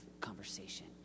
conversation